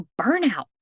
burnout